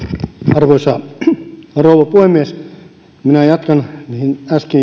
arvoisa rouva puhemies minä jatkan siitä mihin äsken